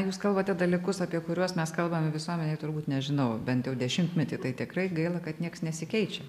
jūs kalbate dalykus apie kuriuos mes kalbame visuomenėj turbūt nežinau bent jau dešimtmetį tai tikrai gaila kad nieks nesikeičia